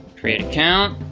create account.